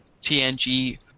TNG